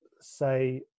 say